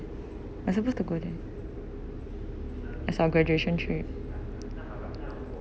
I suppose to go there as our graduation trip